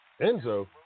Enzo